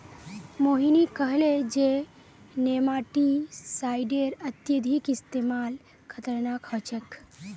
मोहिनी कहले जे नेमाटीसाइडेर अत्यधिक इस्तमाल खतरनाक ह छेक